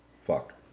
fuck